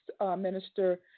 Minister